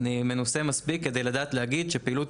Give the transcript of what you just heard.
אני מנוסה מספיק כדי לדעת להגיד שפעילות